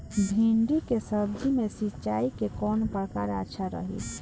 भिंडी के सब्जी मे सिचाई के कौन प्रकार अच्छा रही?